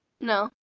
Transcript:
No